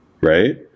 right